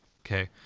Okay